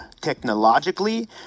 technologically